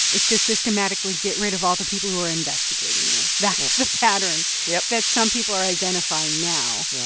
is to systematically get rid of all the people who are investigating you. that's the pattern yeah that some people are identifying now. yeah